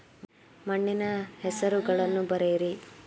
ಮಣ್ಣಿನ ಹೆಸರುಗಳನ್ನು ಬರೆಯಿರಿ